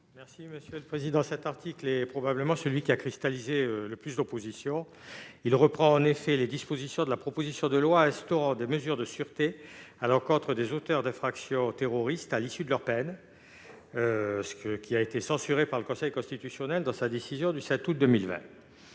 est à M. Guy Benarroche. Cet article est celui qui a cristallisé le plus d'oppositions. Il reprend les dispositions de la proposition de loi instaurant des mesures de sûreté à l'encontre des auteurs d'infractions terroristes à l'issue de leur peine, censurée par le Conseil constitutionnel dans sa décision du 7 août 2020.